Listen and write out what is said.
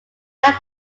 card